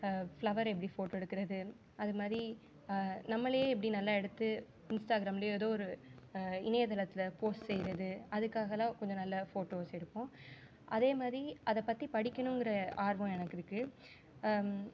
flower எப்படி photo எடுக்கிறது அதுமாதிரி நம்மளையே எப்படி நல்லா எடுத்து இன்ஸ்டாகிராம்லையோ ஏதோ ஒரு இணையதளத்தில் போஸ்ட் செய்வது அதுக்காகலாம் கொஞ்சம் நல்ல ஃபோட்டோஸ் எடுப்போம் அதேமாதிரி அதை பற்றி படிக்கணுங்கிற ஆர்வம் எனக்கு இருக்குது